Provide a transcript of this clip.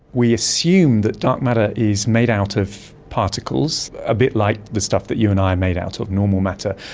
we assume that dark matter is made out of particles a bit like the stuff that you and i are made out so of, normal matter,